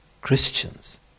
Christians